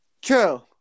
True